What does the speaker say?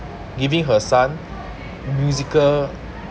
giving her son musical